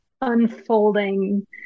unfolding